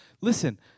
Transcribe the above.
listen